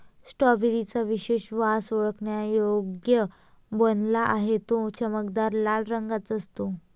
strawberry चा विशेष वास ओळखण्यायोग्य बनला आहे, तो चमकदार लाल रंगाचा असतो